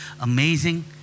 amazing